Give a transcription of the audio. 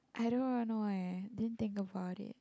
I don't even know leh didn't think about it